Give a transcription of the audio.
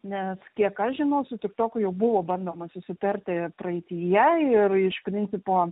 nes kiek aš žinau su tiktoku jau buvo bandoma susitarti praeityje ir iš principo